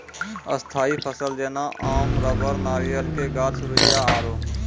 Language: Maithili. स्थायी फसल जेना आम रबड़ नारियल के गाछ रुइया आरु